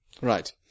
Right